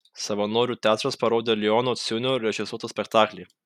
savanorių teatras parodė leono ciunio režisuotą spektaklį